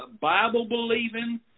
Bible-believing